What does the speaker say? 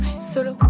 solo